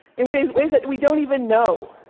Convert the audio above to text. in ways ways that we don't even know.